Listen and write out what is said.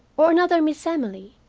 or another miss emily,